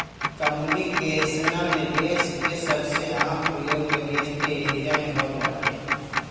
computational निवेश के सबसे आम प्रयोग निवेश के एरिया में होत बाटे